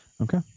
okay